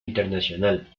internacional